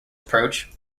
approach